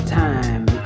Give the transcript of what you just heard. time